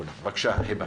בבקשה, היבה.